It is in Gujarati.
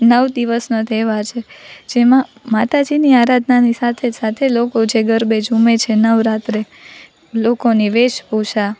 નવ દિવસનો તહેવાર છે જેમાં માતાજીની આરાધનાની સાથે સાથે લોકો જે ગરબે ઝૂમે છે નવરાત્રે લોકોની વેશભૂષા